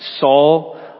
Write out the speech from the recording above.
Saul